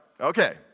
okay